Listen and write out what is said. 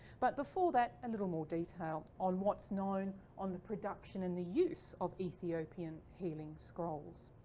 but before that a little more detail on what's known on the production in the use of ethiopian healing scrolls.